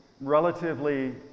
relatively